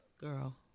Girl